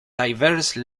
diverse